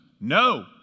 no